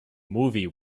movie